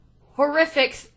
horrific